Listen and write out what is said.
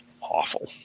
awful